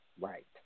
Right